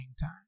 time